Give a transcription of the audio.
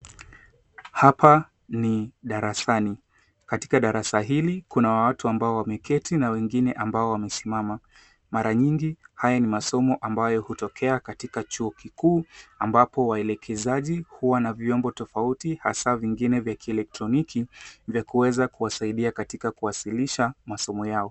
Hapa ni darasani. Katika darasa hili, kuna watu ambao wameketi na wengine ambao wamesimama. Mara nyingi, haya ni masomo yanayotokea katika chuo kikuu ambapo waelekezaji hutumia vyombo tofauti, hasa vifaa vya kielektroniki, ili kuwasaidia katika kuwasilisha.